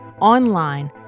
online